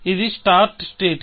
ఇది start state